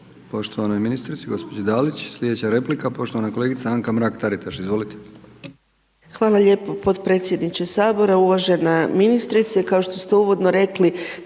poštovanoj ministrici gospođi Dalić. Sljedeća replika poštovana kolegica Anka Mrak-TAritaš. Izvolite. **Mrak-Taritaš, Anka (GLAS)** Hvala lijepo potpredsjedniče Sabora. Uvažena ministrice. Kao što ste uvodno rekli